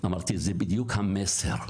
אמרתי שזה בדיוק המסר.